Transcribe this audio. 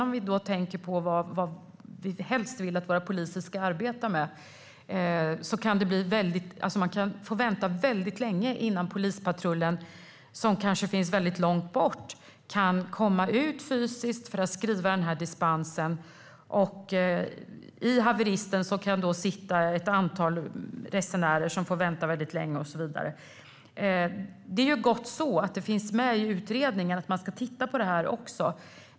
Om vi tänker på vad vi helst vill att våra poliser ska arbeta med får vi också tänka på att man kan få vänta väldigt länge innan polispatrullen, som kanske finns långt bort, kan komma ut fysiskt för att skriva dispensen. I haveristen kan det då sitta ett antal resenärer som får vänta länge, och så vidare. Det är gott så - att detta finns med i utredningen och att man ska titta på det.